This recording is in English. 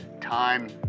Time